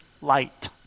light